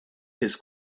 his